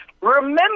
Remember